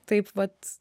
taip vat